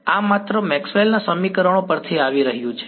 આ માત્ર મેક્સવેલ ના સમીકરણો પરથી આવી રહ્યું છે